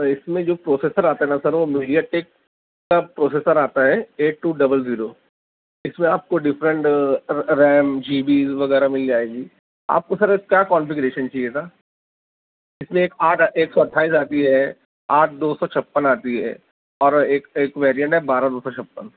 سر اس میں جو پروسیسر آتا ہے نا سر وہ میڈیا ٹیک کا پروسیسر آتا ہے ایٹ ٹو ڈبل زیرو اس میں آپ کو ڈفرنٹ ریم جی بی وغیرہ مل جائے گی آپ کو سر کیا کانفیگریشن چاہیے تھا اس میں ایک آٹھ ایک سو اٹھائیس آتی ہے آٹھ دو سو چھپن آتی ہے اور ایک سے ایک ویریئنٹ ہے بارہ دو سو چھپن